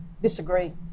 disagree